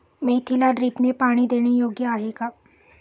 मेथीला ड्रिपने पाणी देणे योग्य आहे का?